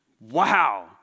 Wow